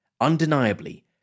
undeniably